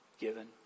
given